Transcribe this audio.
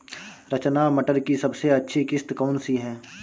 रचना मटर की सबसे अच्छी किश्त कौन सी है?